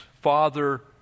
Father